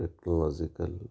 technological